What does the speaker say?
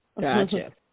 Gotcha